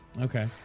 Okay